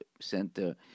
center